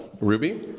Ruby